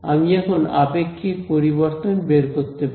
আমি এখন আপেক্ষিক পরিবর্তন বের করতে পারি